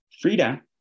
Frida